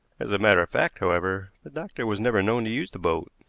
as a matter of fact, however, the doctor was never known to use the boat.